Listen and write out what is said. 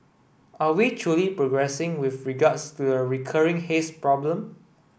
are we truly progressing with regards to a recurring haze problem